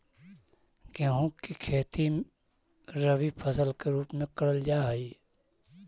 गेहूं की खेती रबी फसल के रूप में करल जा हई